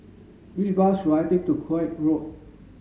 which bus should I take to Koek Road